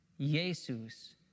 Jesus